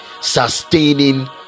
sustaining